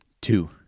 two